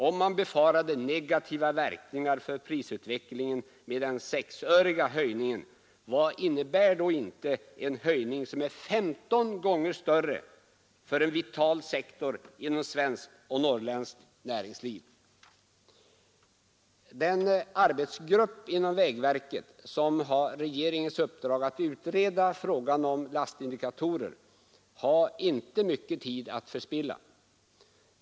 Om man befarade negativa verkningar för prisutvecklingen av höjningen med 6 öre, vad innebär då inte en höjning som är femton gånger större för en vital sektor inom svenskt och norrländskt näringsliv! Den arbetsgrupp inom vägverket som har regeringens uppdrag att utreda frågan om lastindikatorer har inte mycken tid att förspilla.